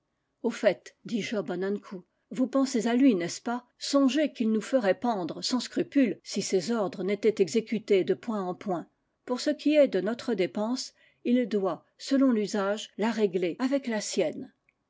au fait dit job an ankou vous pensez à lui n'est-ce pas songez qu'il nous ferait pendre sans scrupule si ses ordres n'étaient exécutés de point en point pour ce qui est de notre dépense il doit selon l'usage la régler avec la sienne